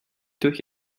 durch